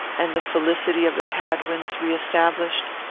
and the felicity of the hadwins re-established?